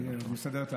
אני מסדר את